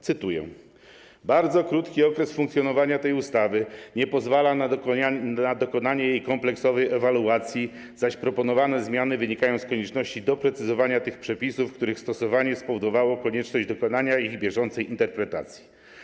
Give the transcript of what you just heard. Cytuję: Bardzo krótki okres funkcjonowania tej ustawy nie pozwala na dokonanie jej kompleksowej ewaluacji, zaś proponowane zmiany wynikają z konieczności doprecyzowania tych przepisów, których stosowanie spowodowało konieczność dokonywania ich bieżącej interpretacji.